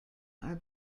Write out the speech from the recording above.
are